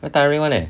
very tiring one leh